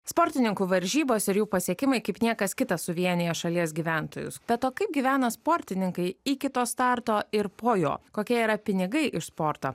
sportininkų varžybos ir jų pasiekimai kaip niekas kitas suvienija šalies gyventojus be to kaip gyvena sportininkai iki to starto ir po jo kokia yra pinigai iš sporto